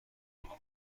اونها